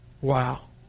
Wow